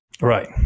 Right